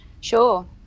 Sure